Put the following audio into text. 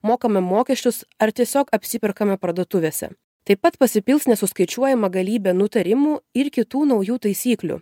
mokame mokesčius ar tiesiog apsiperkame parduotuvėse taip pat pasipils nesuskaičiuojama galybė nutarimų ir kitų naujų taisyklių